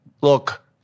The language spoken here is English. look